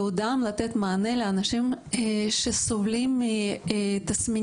ייעודם לתת מענה לאנשים שסובלים מתסמינים